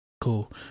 cool